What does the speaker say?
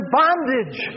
bondage